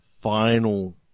final